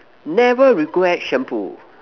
never regret shampoo